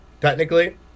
Technically